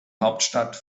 hauptstadt